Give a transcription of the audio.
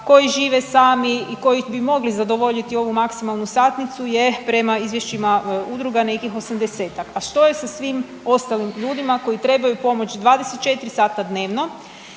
koji žive sami i koji bi mogli zadovoljiti ovu maksimalnu satnicu je prema izvješćima udruga nekih 80-tak, a što je sa svim ostalim ljudima koji trebaju pomoć 24 sata dnevno